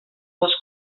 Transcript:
les